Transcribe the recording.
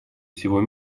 всего